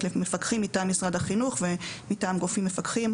למפקחים מטעם משרד החינוך ומטעם גופים מפקחים,